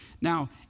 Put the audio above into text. Now